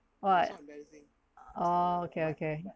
what oh okay okay